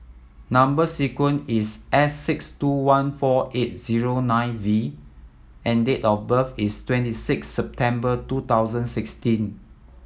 number sequence is S six two one four eight zero nine V and date of birth is twenty six September two thousand sixteen